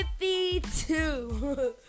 52